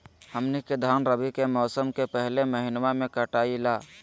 हमनी के धान रवि के मौसम के पहले महिनवा में कटाई ला